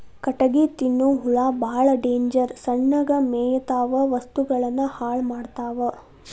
ಕಟಗಿ ತಿನ್ನು ಹುಳಾ ಬಾಳ ಡೇಂಜರ್ ಸಣ್ಣಗ ಮೇಯತಾವ ವಸ್ತುಗಳನ್ನ ಹಾಳ ಮಾಡತಾವ